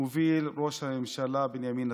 שמוביל ראש הממשלה בנימין נתניהו.